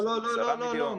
לא, לא, לא.